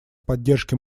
поддержке